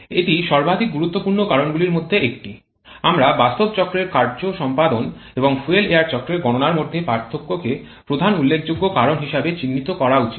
এটি সর্বাধিক গুরুত্বপূর্ণ কারণগুলির মধ্যে একটি আমার বাস্তব চক্রের কার্য সম্পাদন এবং ফুয়েল এয়ার চক্রের গণনার মধ্যে পার্থক্য কে প্রধান উল্লেখযোগ্য কারণ হিসাবে চিহ্নিত করা উচিত